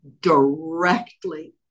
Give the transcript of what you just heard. directly